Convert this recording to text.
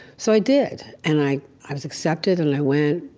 so i did. and i i was accepted, and i went.